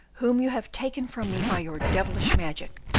whom you have taken from me by your devilish magic.